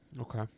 Okay